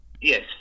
Yes